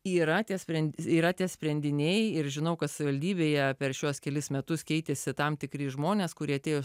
yra tie sprendiniai yra tie sprendiniai ir žinau kad savivaldybėje per šiuos kelis metus keitėsi tam tikri žmonės kurie atėjo